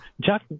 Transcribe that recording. Jack